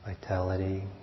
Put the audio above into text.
vitality